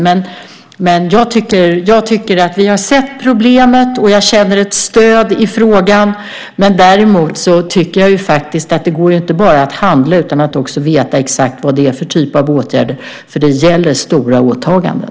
Men vi har sett problemet, och jag känner ett stöd i frågan. Däremot går det inte att bara handla utan att också veta exakt vad det är för typ av åtgärder som behövs, för det gäller stora åtaganden.